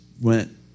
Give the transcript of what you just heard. went